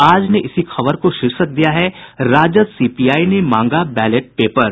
आज ने इसी खबर को शीर्षक दिया है राजद सीपीआई ने मांगा बैलेट पेपर